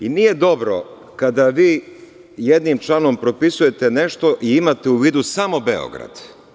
Nije dobro kada vi jednim članom propisujete nešto i imate u vidu samo Beograd.